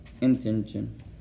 intention